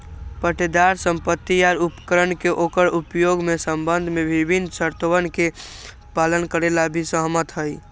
पट्टेदार संपत्ति या उपकरण के ओकर उपयोग के संबंध में विभिन्न शर्तोवन के पालन करे ला भी सहमत हई